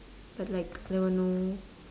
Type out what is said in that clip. but like there were no